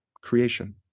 creation